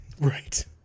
Right